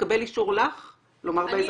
התקבל אישור לך להגיד --- לא,